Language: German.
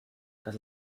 dass